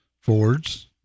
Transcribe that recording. Fords